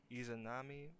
Izanami